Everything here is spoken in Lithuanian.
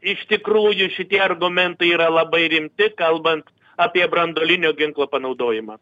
iš tikrųjų šitie argumentai yra labai rimti kalbant apie branduolinio ginklo panaudojimą